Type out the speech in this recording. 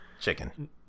chicken